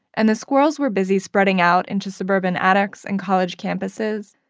and the squirrels were busy spreading out into suburban attics and college campuses,